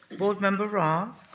board member roth.